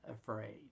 afraid